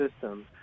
system